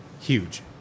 huge